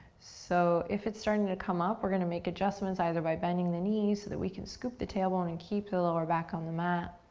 so, if it's starting to come up, we're gonna make adjustments, either by bending the knee so that we can scoop the tailbone and keep the lower back on the mat,